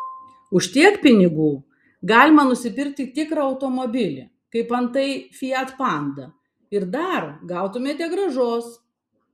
už tiek pinigų galima nusipirkti tikrą automobilį kaip antai fiat panda ir dar gautumėte grąžos